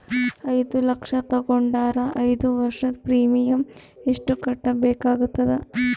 ಐದು ಲಕ್ಷ ತಗೊಂಡರ ಐದು ವರ್ಷದ ಪ್ರೀಮಿಯಂ ಎಷ್ಟು ಕಟ್ಟಬೇಕಾಗತದ?